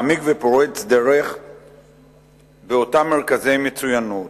מעמיק ופורץ דרך באותם מרכזי מצוינות.